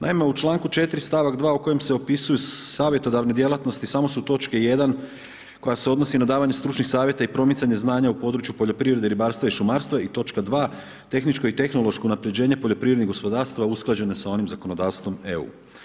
Naime, u članku 4. stavak 2. u kojem se opisuju savjetodavne djelatnosti samo su točke 1. koja se odnosi na davanje stručnih savjeta i promicanje znanja u području poljoprivrede, ribarstva i šumarstva i točka 2. tehničko i tehnološko unapređenje poljoprivrednih gospodarstava usklađenje s onim zakonodavstvom EU.